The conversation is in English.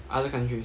other countries